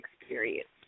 experience